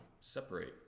separate